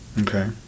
Okay